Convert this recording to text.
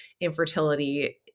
infertility